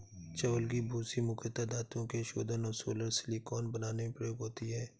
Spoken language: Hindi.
चावल की भूसी मुख्यता धातुओं के शोधन और सोलर सिलिकॉन बनाने में प्रयोग होती है